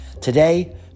Today